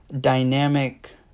dynamic